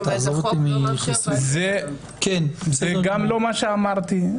זה גם לא מה שאמרתי.